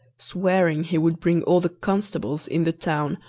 swearing he would bring all the constables in the town,